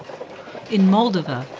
in moldova,